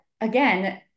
again